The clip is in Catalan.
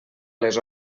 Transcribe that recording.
les